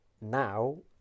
now